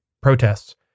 protests